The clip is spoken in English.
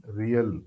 real